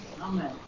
Amen